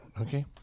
Okay